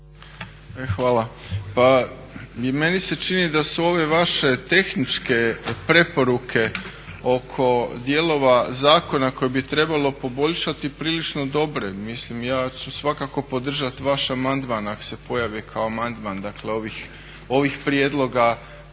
Hvala. Pa meni se čini da su ove vaše tehničke preporuke oko dijelova zakona koje bi trebalo poboljšati prilično dobre. Mislim ja ću svakako podržati vaš amandman ako se pojavi kao amandman. Dakle, ovih prijedloga